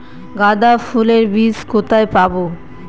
গাঁদা ফুলের বীজ কোথায় পাবো?